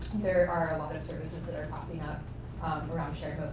there are a lot of services that are popping up around shared